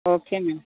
okay ma'am